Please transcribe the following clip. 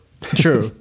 true